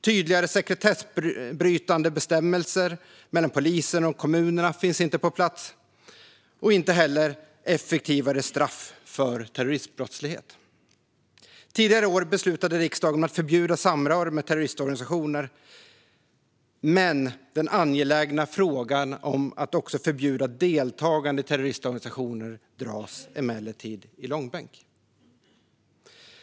Tydligare sekretessbrytande bestämmelser mellan polisen och kommunerna finns inte på plats, och inte heller effektivare straff för terrorismbrottslighet. Tidigare i år beslutade riksdagen att förbjuda samröre med terroristorganisationer, men den angelägna frågan om att även förbjuda deltagande i terroristorganisationer dras i långbänk.